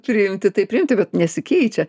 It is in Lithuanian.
priimti tai priimti bet nesikeičia